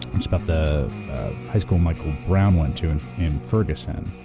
it's about the high school michael brown went to in ferguson.